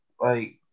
Like-